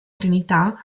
trinità